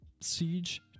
Siege